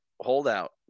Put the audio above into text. holdout